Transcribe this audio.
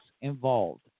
involved